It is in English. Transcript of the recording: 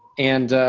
and